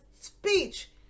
speech